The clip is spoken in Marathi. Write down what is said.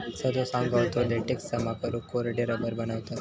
सदो सांगा होतो, लेटेक्स जमा करून कोरडे रबर बनवतत